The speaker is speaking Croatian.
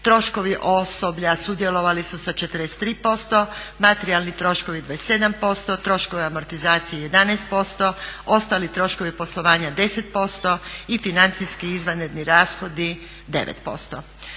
troškovi osoblja sudjelovali su sa 43%, materijalni troškovi 27%, troškovi amortizacije 11%, ostali troškovi poslovanja 10% i financijski izvanredni rashodi 9%.